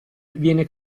viene